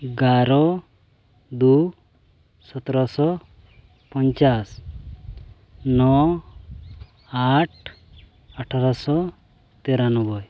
ᱮᱜᱟᱨᱚ ᱫᱩ ᱥᱚᱛᱚᱨᱚᱥᱚ ᱯᱚᱧᱪᱟᱥ ᱱᱚ ᱟᱴ ᱟᱴᱷᱟᱨᱚᱥᱚ ᱛᱮᱨᱟᱱᱚᱵᱽᱵᱚᱭ